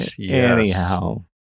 Anyhow